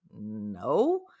no